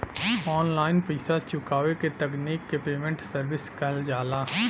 online पइसा चुकावे क तकनीक के पेमेन्ट सर्विस कहल जाला